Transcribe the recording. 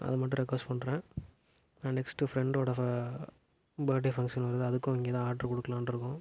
அது மட்டும் ரெக்குவஸ்ட் பண்றேன் நான் நெக்ஸ்ட்டு ஃப்ரெண்டோட ஃப பேர்த்டே ஃபங்க்ஷன் வருது அதுக்கும் இங்கே தான் ஆர்ட்ரு கொடுக்குலான்ருக்கோம்